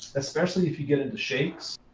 especially if you get into shakes,